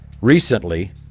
Recently